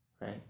right